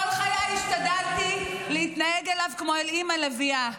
כל חיי השתדלתי להתנהג אליו כמו אימא לביאה,